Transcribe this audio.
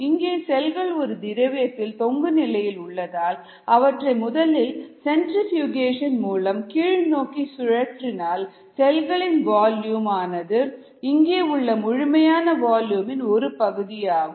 இங்கே செல்கள் ஒரு திரவியத்தில் தொங்கு நிலையில் உள்ளதால் அவற்றை முதலில் சென்றிஃபுகேஷன் மூலம் கீழ்நோக்கி சுழற்றினால் செல்களின் வால்யூம் ஆனது இங்கே உள்ள முழுமையான வால்யூமின் ஒரு பகுதியாகும்